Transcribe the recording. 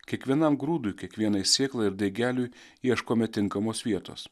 kiekvienam grūdui kiekvienai sėklai ir daigeliui ieškome tinkamos vietos